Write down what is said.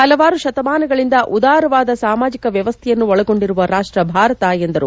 ಪಲವಾರು ಶತಮಾನಗಳಿಂದ ಉದಾರವಾದ ಸಾಮಾಜಿಕ ವ್ಯವಸ್ಥೆಯನ್ನು ಒಳಗೊಂಡಿರುವ ರಾಷ್ಟ ಭಾರತ ಎಂದರು